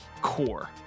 core